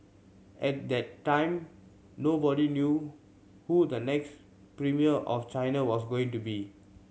at that time nobody knew who the next premier of China was going to be